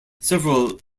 several